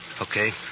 Okay